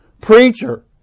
preacher